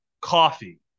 coffee